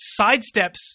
sidesteps